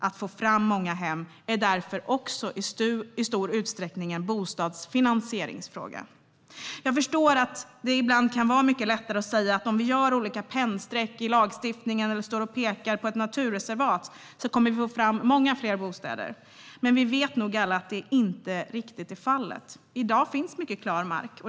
Att få fram många hem är därför också i stor utsträckning en bostadsfinansieringsfråga. Jag förstår att det ibland kan vara mycket lättare att säga att om vi gör olika pennstreck i lagstiftningen eller står och pekar på ett naturreservat kommer vi att få fram många fler bostäder. Men vi vet nog alla att det inte riktigt är fallet. I dag finns mycket klar mark.